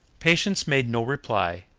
patience made no reply,